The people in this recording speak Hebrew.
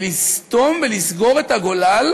ולסתום ולסגור את הגולל